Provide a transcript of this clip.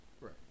Right